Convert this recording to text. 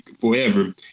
forever